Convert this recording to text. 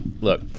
look